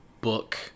book